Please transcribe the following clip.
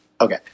Okay